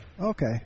okay